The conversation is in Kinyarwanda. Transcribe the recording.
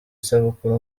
isabukuru